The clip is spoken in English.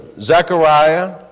Zechariah